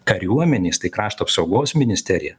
kariuomenės tai krašto apsaugos ministerija